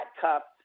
cup